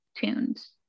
tunes